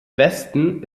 westen